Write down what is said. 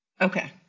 Okay